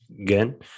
Again